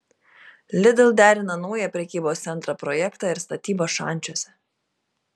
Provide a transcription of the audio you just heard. lidl derina naują prekybos centro projektą ir statybas šančiuose